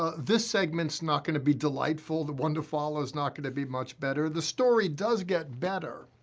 ah this segment is not gonna be delightful. the one to follow is not gonna be much better. the story does get better,